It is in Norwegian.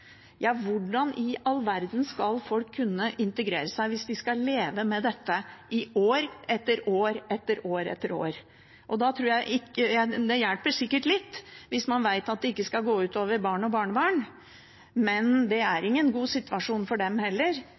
hvordan i all verden folk skal kunne integrere seg hvis de skal leve med dette i år etter år etter år? Det hjelper sikkert litt hvis man vet at det ikke skal gå ut over barn og barnebarn, men det er ingen god situasjon for dem heller